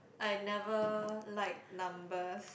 I never like numbers